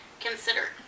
consider